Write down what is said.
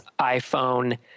iPhone